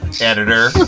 Editor